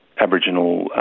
Aboriginal